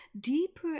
deeper